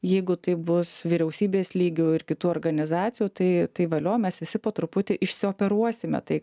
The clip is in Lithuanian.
jeigu tai bus vyriausybės lygiu ir kitų organizacijų tai tai valio mes visi po truputį išsioperuosime tai